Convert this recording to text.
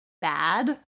bad